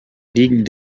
liegen